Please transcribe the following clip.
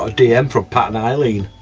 ah dm from pat and eileen.